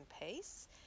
pace